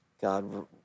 God